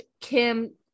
Kim